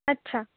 अच्छा